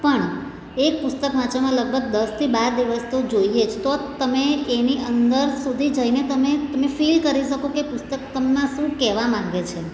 પણ એક પુસ્તક વાંચવામાં લગભગ દસથી બાર દિવસ તો જોઈએ જ તો જ તમે એની અંદર સુધી જઈને તમે તમે ફિલ કરી શકો કે પુસ્તક તમને શું કહેવા માગે છે